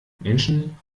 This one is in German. menschen